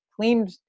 cleaned